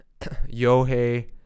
Yohei